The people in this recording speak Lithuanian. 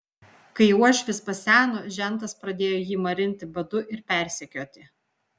kai uošvis paseno žentas pradėjo jį marinti badu ir persekioti